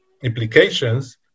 implications